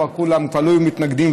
כבר לא היו מתנגדים,